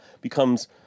becomes